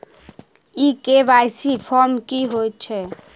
ई KYC form की हएत छै?